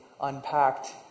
unpacked